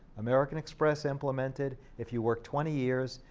american express implemented if you worked twenty years,